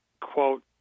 quote